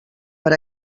per